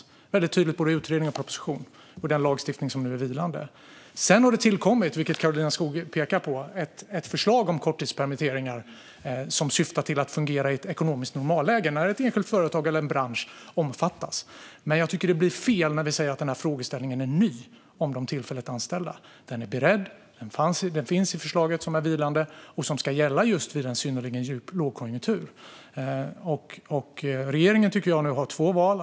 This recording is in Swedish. Detta framgår väldigt tydligt i utredningen och propositionen och i den lagstiftning som nu är vilande. Sedan har det, som Karolina Skog pekar på, tillkommit ett förslag om korttidspermitteringar som ska fungera i ett ekonomiskt normalläge när ett enskilt företag eller en bransch omfattas. Men jag tycker att det blir fel när man säger att frågeställningen om de tillfälligt anställda är ny. Den är beredd och finns i förslaget som är vilande, som ska gälla just vid en synnerligen djup lågkonjunktur. Regeringen har nu, tycker jag, två val.